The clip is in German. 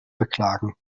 beklagen